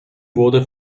wurde